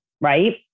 right